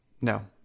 No